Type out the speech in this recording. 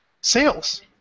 sales